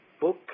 book